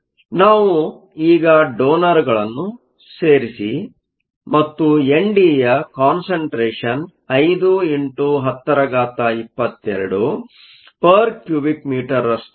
ಆದ್ದರಿಂದ ನಾವು ಈಗ ಡೋನರ್ಗಳನ್ನು ಸೇರಿಸಿರಿ ಮತ್ತು ಎನ್ಡಿ ಯ ಕಾನ್ಸಂಟ್ರೇಷನ್Concentration 5x1022 m 3 ರಷ್ಟು ಇದೆ